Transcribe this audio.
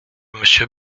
monsieur